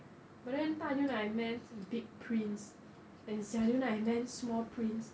but then 大牛奶 meant big prints and 小牛奶 meant small prints